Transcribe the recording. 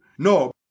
No